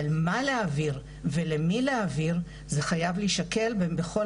אבל מה להעביר ולמי זה חייב להישקל ובכל